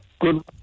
good